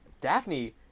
Daphne